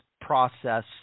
process